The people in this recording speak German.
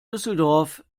düsseldorf